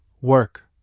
work